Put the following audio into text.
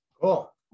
Cool